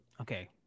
Okay